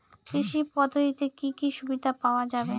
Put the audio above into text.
কৃষি পদ্ধতিতে কি কি সুবিধা পাওয়া যাবে?